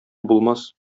булмас